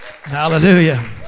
hallelujah